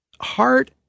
heart